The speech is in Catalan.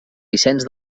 vicenç